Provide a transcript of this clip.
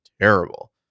terrible